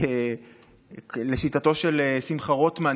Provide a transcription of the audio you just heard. לשיטתו של שמחה רוטמן,